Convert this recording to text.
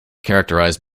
characterised